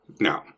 No